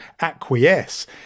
acquiesce